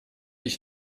ich